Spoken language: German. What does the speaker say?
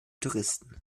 touristen